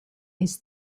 his